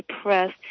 depressed